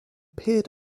peered